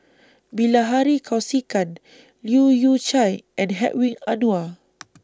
Bilahari Kausikan Leu Yew Chye and Hedwig Anuar